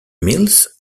mills